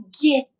get